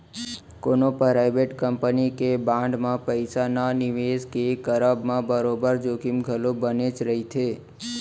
कोनो private company के bond म पइसा न निवेस के करब म बरोबर जोखिम घलौ बनेच रहिथे